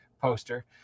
poster